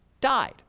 died